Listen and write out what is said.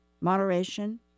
moderation